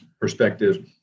perspective